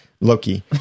Loki